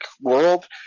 world